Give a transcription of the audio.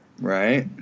right